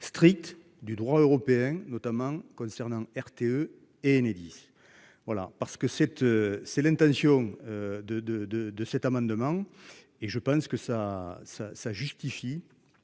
strict du droit européen notamment concernant RTE et Enedis. Voilà parce que cette c'est l'intention de de de de cet amendement. Et je pense que ça ça,